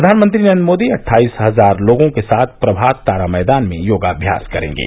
प्रधानमंत्री नरेंद्र मोदी अट्ठाईस हजार लोगों के साथ प्रभात तारा मैदान में योगाभ्यास करेंगे